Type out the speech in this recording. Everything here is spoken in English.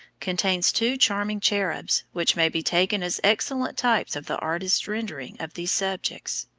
contains two charming cherubs, which may be taken as excellent types of the artist's rendering of these subjects.